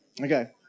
Okay